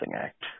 act